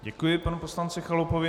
Děkuji panu poslanci Chalupovi.